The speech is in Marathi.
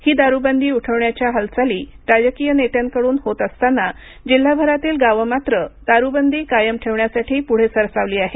ही दारूबंदी उठविण्याच्या हालचाली राजकीय नेत्यांकडून होत असताना जिल्हाभरातील गावं मात्र दारूबंदी कायम ठेवण्यासाठी पुढे सरसावली आहेत